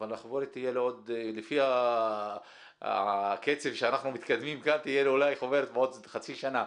אבל לפי הקצב שאנחנו מתקדמים תהיה אולי חוברת בעוד חצי שנה.